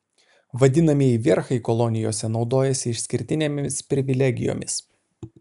vadinamieji vierchai kolonijose naudojasi išskirtinėmis privilegijomis